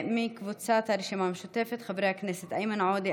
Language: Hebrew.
קבוצת סיעת הרשימה המשותפת: חברי הכנסת איימן עודה,